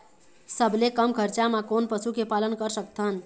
सबले कम खरचा मा कोन पशु के पालन कर सकथन?